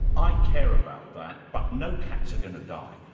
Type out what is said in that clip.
i care about that, but no cats are going to die.